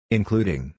Including